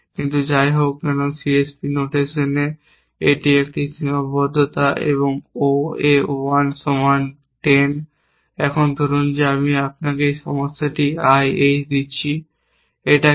কিন্তু যাইহোক C S P নোটেশনে এটি একটি সীমাবদ্ধতা এবং O A 1 সমান 10 এখন ধরুন আমি আপনাকে এই সমস্যাটি I H দিচ্ছি এটা কী